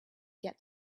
get